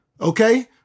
okay